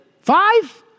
Five